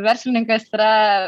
verslininkas yra